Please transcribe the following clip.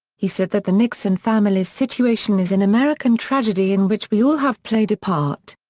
he said that the nixon family's situation is an american tragedy in which we all have played a part.